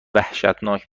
وحشتناک